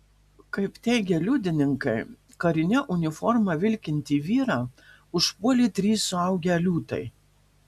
kaip teigia liudininkai karine uniforma vilkintį vyrą užpuolė trys suaugę liūtai